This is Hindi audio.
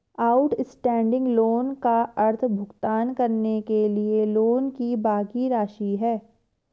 आउटस्टैंडिंग लोन का अर्थ भुगतान करने के लिए लोन की बाकि राशि है